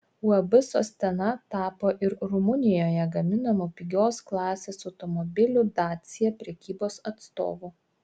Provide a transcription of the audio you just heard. uab sostena tapo ir rumunijoje gaminamų pigios klasės automobilių dacia prekybos atstovu